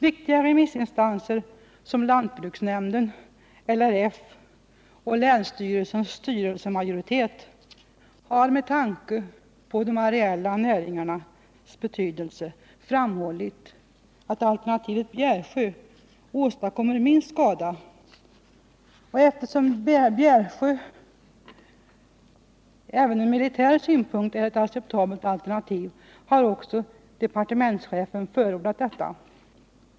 Viktiga remissinstanser som lantbruksnämnden, LRF och länsstyrelsens styrelsemajoritet har med tanke på de areella näringarnas betydelse framhållit att alternativet Bjärsjö åstadkommer minst skada. Och eftersom Bjärsjö även från militär synpunkt är ett acceptabelt alternativ har också departementschefen förordat detta.